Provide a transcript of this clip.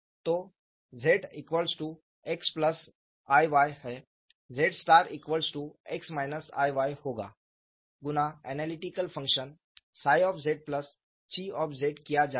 तो zxiy है z x i y होगा गुणा एनालिटिकल फंक्शन 𝛘 किया जाएगा